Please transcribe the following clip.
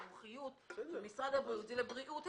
המומחיות במשרד הבריאות היא לבריאות הציבור.